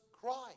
Christ